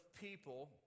people